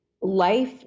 life